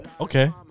Okay